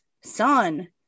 son